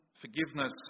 forgiveness